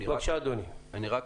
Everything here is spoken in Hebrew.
אתה בטח